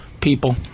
people